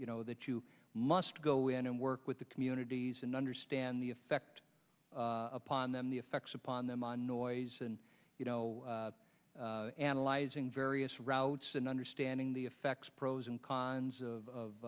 you know that you must go in and work with the communities and understand the effect upon them the effects upon them and noise and you know analyzing various routes and understand on the effects pros and cons of of